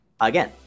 again